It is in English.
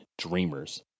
dreamers